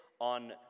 On